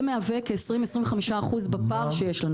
זה מהוות כ-20%-25% בפער שיש.